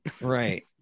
Right